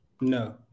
No